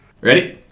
Ready